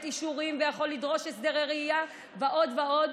אישורים ויכול לדרוש הסדרי ראייה ועוד ועוד,